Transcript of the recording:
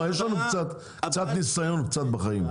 יש לנו קצת ניסיון בחיים.